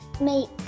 make